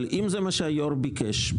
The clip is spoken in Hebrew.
אם זה מה שהיושב ראש ביקש,